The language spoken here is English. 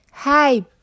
Hi